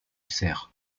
cerf